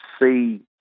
see